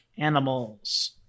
Animals